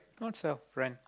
not sell rent